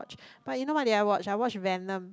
watch but you know what did I watch I watch Venom